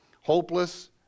hopeless